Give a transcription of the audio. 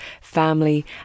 family